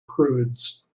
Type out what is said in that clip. prudes